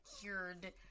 cured